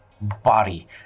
body